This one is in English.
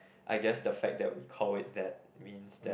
I guess the fact that we call it that means that